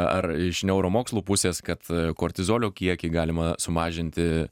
ar iš neuromokslų pusės kad kortizolio kiekį galima sumažinti